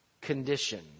condition